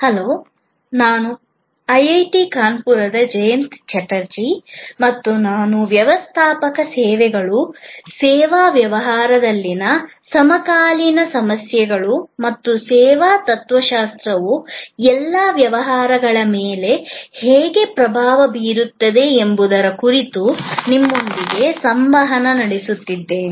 hello ನಾನು IIT ಕಾನ್ಪುರದ ಜಯಂತ ಚಟರ್ಜಿ ಮತ್ತು ನಾನು ವ್ಯವಸ್ಥಾಪಕ ಸೇವೆಗಳು ಸೇವಾ ವ್ಯವಹಾರದಲ್ಲಿನ ಸಮಕಾಲೀನ ಸಮಸ್ಯೆಗಳು ಮತ್ತು ಸೇವಾ ತತ್ವಶಾಸ್ತ್ರವು ಎಲ್ಲಾ ವ್ಯವಹಾರಗಳ ಮೇಲೆ ಹೇಗೆ ಪ್ರಭಾವ ಬೀರುತ್ತಿದೆ ಎಂಬುದರ ಕುರಿತು ನಿಮ್ಮೊಂದಿಗೆ ಸಂವಹನ ನಡೆಸುತ್ತಿದ್ದೇನೆ